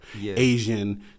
Asian